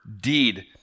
deed